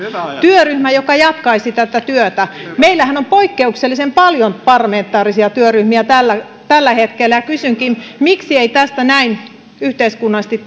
työryhmä joka jatkaisi tätä työtä meillähän on poikkeuksellisen paljon parlamentaarisia työryhmiä tällä tällä hetkellä ja kysynkin miksi ei tästä näin yhteiskunnallisesti